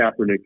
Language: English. Kaepernick